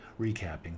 recapping